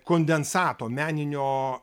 kondensato meninio